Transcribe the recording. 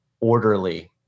orderly